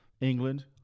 England